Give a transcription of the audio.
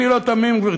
אני לא תמים, גברתי.